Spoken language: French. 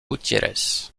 gutiérrez